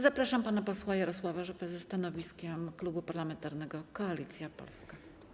Zapraszam pana posła Jarosława Rzepę ze stanowiskiem Klubu Parlamentarnego Koalicja Polska.